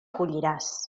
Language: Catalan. colliràs